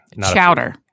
Chowder